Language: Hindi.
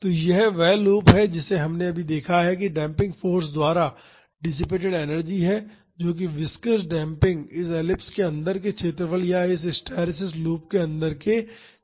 तो यह वह लूप है जिसे हमने अभी देखा है कि डेम्पिंग फाॅर्स द्वारा डिसिपेटड एनर्जी है जो कि विस्कॉस डेम्पिंग इस एलिप्स के अंदर के क्षेत्रफल या इस हिस्टैरिसीस लूप के अंदर के क्षेत्रफल के बराबर है